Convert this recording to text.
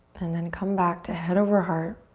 and then come back to head over heart.